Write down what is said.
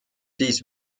siis